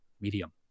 medium